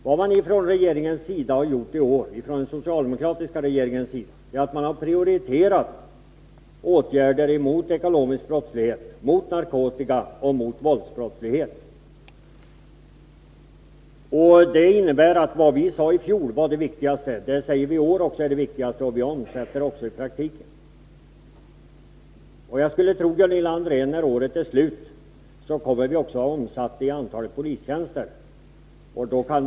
Vad man från den socialdeomkratiska regeringens sida har gjort i år är att man har prioriterat åtgärder mot ekonomisk brottslighet, mot narkotika och mot våldsbrottslighet. Det innebär att vad vi i fjol sade var det viktigaste, det säger vi år också är det viktigaste. Vi omsätter det även i praktiken. Jag skulle tro, Gunilla André, att när året är slut kommer vi också att ha omsatt det i praktiken när det gäller antalet polistjänster.